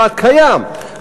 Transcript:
בית-משפט קיים,